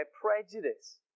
prejudice